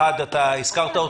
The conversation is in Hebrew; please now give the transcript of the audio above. אחד אתה הזכרת.